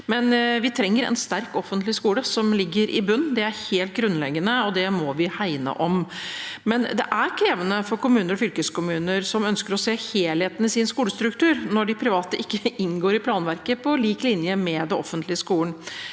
men vi trenger en sterk offentlig skole som ligger i bunnen. Det er helt grunnleggende, og det må vi hegne om. Det er imidlertid krevende for kommuner og fylkeskommuner som ønsker å se helheten i sin skolestruktur, når de private ikke inngår i planverket på lik linje med den offentlige skolen.